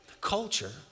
culture